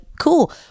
cool